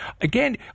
again